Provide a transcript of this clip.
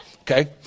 Okay